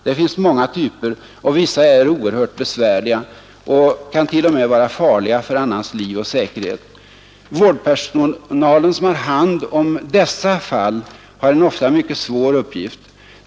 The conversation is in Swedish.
Där finns många typer, och vissa är oerhört besvärliga och kan t.o.m. vara farliga för annans liv och säkerhet. Vårdpersonalen som har hand om dessa fall har ofta en mycket svår uppgift.